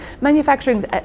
manufacturing's